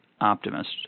optimist